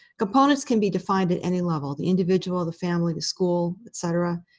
components can be defined at any level the individual, the family, the school, et cetera,